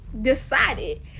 decided